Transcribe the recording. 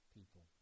people